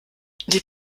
die